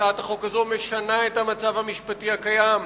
הצעת החוק הזאת משנה את המצב המשפטי הקיים,